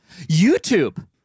YouTube